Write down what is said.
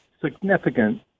significant